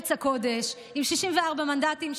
בארץ הקודש עם 64 מנדטים,